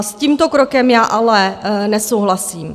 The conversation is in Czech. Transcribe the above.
S tímto krokem já ale nesouhlasím.